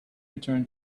return